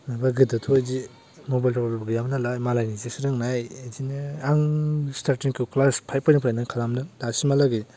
नङाबा गोदोथ' बिदि मबाइल थबेलबो गैयामोन नालाय मालायनिजोंसो रोंनाय बिदिनो आं स्टारटिंखौ क्लास फाइपफोरनिफ्रायनो खालामदों दासिमहालागै